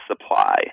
supply